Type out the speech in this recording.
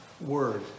word